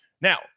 Now